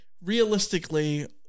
realistically